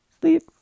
sleep